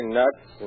nuts